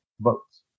votes